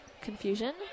confusion